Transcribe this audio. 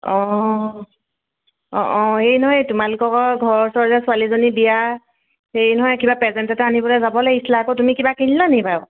অ' অ' অ' এই নহয় তোমালোকৰ ঘৰ ঘৰৰ ওচৰতে ছোৱালীজনী বিয়া হেৰি নহয় কিবা প্ৰেজেণ্ট এটা আনিবলৈ যাব লাগিছিল আকৌ তুমি কিবা কিনিলা নি বাৰু